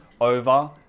over